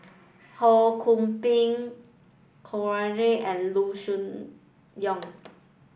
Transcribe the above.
Ho Kwon Ping Kanwaljit and Loo Choon Yong